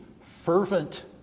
fervent